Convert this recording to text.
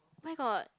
where got